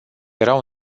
erau